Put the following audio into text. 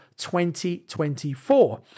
2024